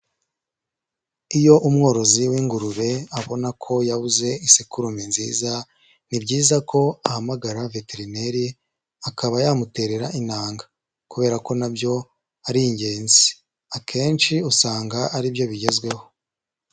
Iyo umworozi w'ingurube abona ko yabuze isekurume nziza, ni byiza ko ahamagara veterineri akaba yamuterera intanga, kubera ko na byo ari ingenzi, akenshi usanga aribyo bigezweho.